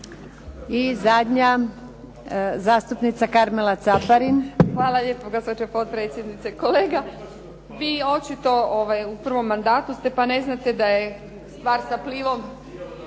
Caparin. **Caparin, Karmela (HDZ)** Hvala lijepo gospođo potpredsjednice, kolega vi očito u prvom mandatu ste pa ne znate da je stvar sa Plivom,